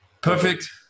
Perfect